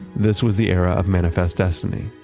this was the era of manifest destiny.